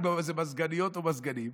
אם זה מזגניות או מזגנים.